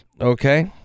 okay